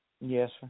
Yes